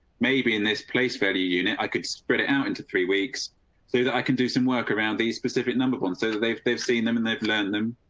maybe in this place value unit could spread it out into three weeks so that i can do some work around these specific number one so they've they've seen them and they've learned them.